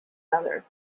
another